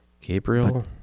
Gabriel